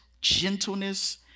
gentleness